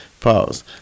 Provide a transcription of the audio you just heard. Pause